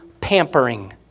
pampering